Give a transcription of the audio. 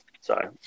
Sorry